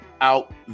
out